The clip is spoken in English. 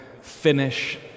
finish